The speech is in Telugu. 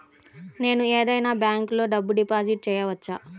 నేను ఏదైనా బ్యాంక్లో డబ్బు డిపాజిట్ చేయవచ్చా?